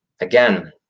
Again